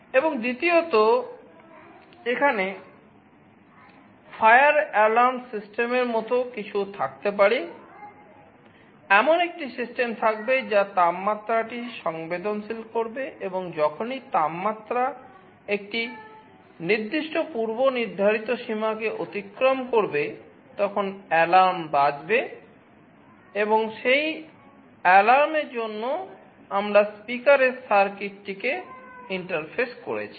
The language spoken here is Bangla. এবং দ্বিতীয়ত এখানে ফায়ার সিস্টেমের মতো কিছু থাকতে পারে এমন একটি সিস্টেম থাকবে যা তাপমাত্রাটি সংবেদনশীল করবে এবং যখনই তাপমাত্রা একটি নির্দিষ্ট পূর্ব নির্ধারিত সীমাকে অতিক্রম করবে তখন অ্যালার্ম বাজবে এবং সেই অ্যালার্মের জন্য আমরা স্পিকারের সার্কিটটিকে ইন্টারফেস করেছি